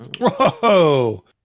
Whoa